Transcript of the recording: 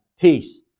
peace